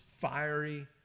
fiery